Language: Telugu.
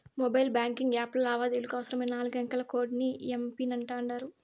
మొబైల్ బాంకింగ్ యాప్ల లావాదేవీలకి అవసరమైన నాలుగంకెల కోడ్ ని ఎమ్.పిన్ అంటాండారు